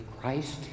Christ